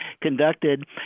conducted